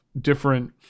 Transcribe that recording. different